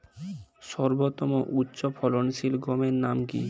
সর্বতম উচ্চ ফলনশীল গমের নাম কি?